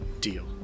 Deal